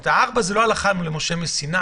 ה-16:00 זה לא הלכה למשה מסיני.